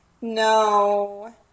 No